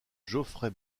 geoffrey